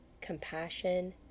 compassion